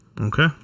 Okay